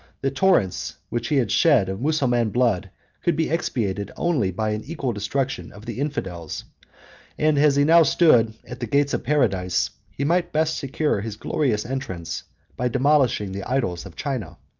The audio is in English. the torrents which he had shed of mussulman blood could be expiated only by an equal destruction of the infidels and as he now stood at the gates of paradise, he might best secure his glorious entrance by demolishing the idols of china,